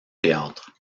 théâtre